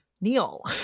Neil